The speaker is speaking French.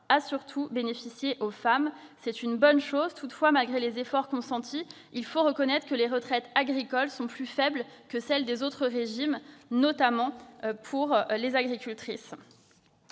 a surtout bénéficié aux femmes, ce qui est une bonne chose. Toutefois, malgré les efforts consentis, il faut reconnaître que les retraites agricoles sont plus faibles que celles des autres régimes, notamment pour les agricultrices.